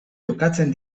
jokatzen